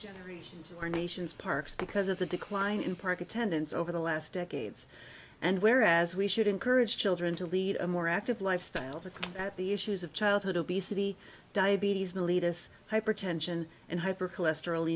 generation to our nation's parks because of the decline in park attendance over the last decades and where as we should encourage children to lead a more active lifestyle to at the issues of childhood obesity diabetes believe this hypertension and hypercholesterol